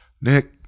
Nick